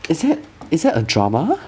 is it is that a drama